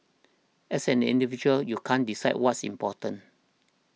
as an individual you can't decide what's important